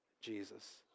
Jesus